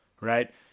right